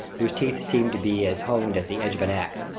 whose teeth seemed to be as honed as the edge of an ax.